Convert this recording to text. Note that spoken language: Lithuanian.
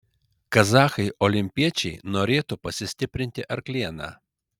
kazachai olimpiečiai norėtų pasistiprinti arkliena